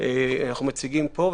אנחנו מציגים פה.